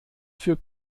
für